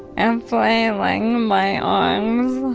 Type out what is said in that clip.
and flailing my arms